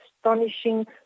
astonishing